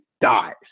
dies